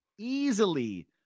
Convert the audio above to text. easily